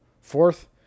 fourth